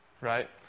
Right